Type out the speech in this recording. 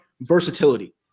versatility